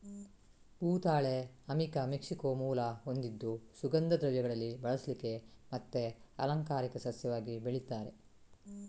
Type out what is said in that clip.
ಭೂತಾಳೆ ಅಮಿಕಾ ಮೆಕ್ಸಿಕೋ ಮೂಲ ಹೊಂದಿದ್ದು ಸುಗಂಧ ದ್ರವ್ಯದಲ್ಲಿ ಬಳಸ್ಲಿಕ್ಕೆ ಮತ್ತೆ ಅಲಂಕಾರಿಕ ಸಸ್ಯವಾಗಿ ಬೆಳೀತಾರೆ